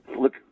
look